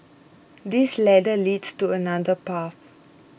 this ladder leads to another path